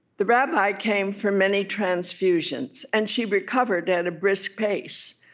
the rabbi came for many transfusions, and she recovered at a brisk pace,